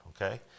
Okay